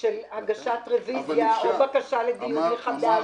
של הגשת רביזיה או בקשה לדיון מחדש.